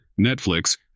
Netflix